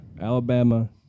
alabama